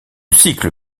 cycle